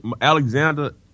Alexander